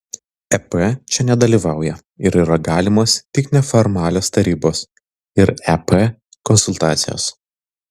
ep čia nedalyvauja ir yra galimos tik neformalios tarybos ir ep konsultacijos